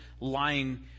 lying